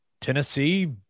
Tennessee